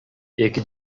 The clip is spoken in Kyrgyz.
эки